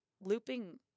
looping